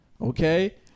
okay